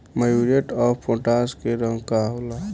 Muriate of potash के रंग का होला?